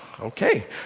okay